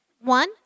one